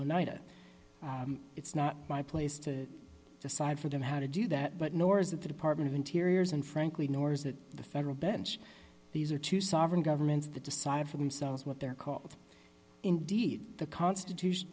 annika it's not my place to decide for them how to do that but nor is that the department of interior is and frankly nor is that the federal bench these are two sovereign governments of the decided for themselves what they're called indeed the constitution